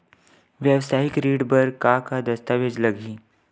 वेवसायिक ऋण बर का का दस्तावेज लगही?